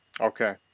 Okay